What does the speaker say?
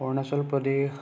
Arunachal Pradesh